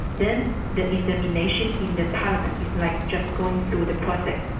then the examination in the parliament is like just going through the process.